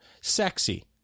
sexy